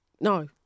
No